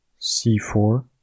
c4